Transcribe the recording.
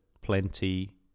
plenty